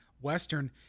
western